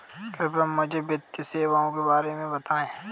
कृपया मुझे वित्तीय सेवाओं के बारे में बताएँ?